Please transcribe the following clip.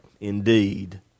indeed